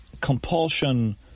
compulsion